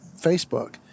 Facebook